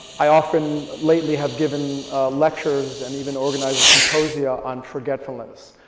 i often, lately, have given lectures and even organized a symposia on forgetfulness.